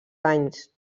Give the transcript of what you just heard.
anys